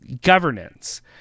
governance